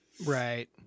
Right